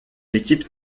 l’équipe